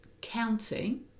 counting